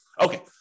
Okay